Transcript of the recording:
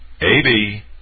AB